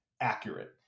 accurate